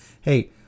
hey